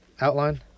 Outline